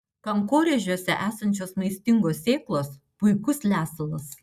kankorėžiuose esančios maistingos sėklos puikus lesalas